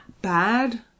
bad